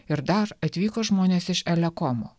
ir dar atvyko žmonės iš elekomo